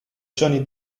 johnny